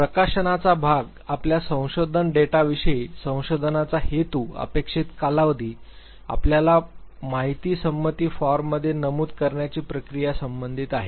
प्रकाशनाचा भाग आपल्या संशोधन डेटाविषयी संशोधनाचा हेतू अपेक्षित कालावधी आपल्याला माहिती संमती फॉर्ममध्ये नमूद करण्याची प्रक्रिया संबंधित आहे